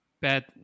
bad